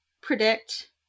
predict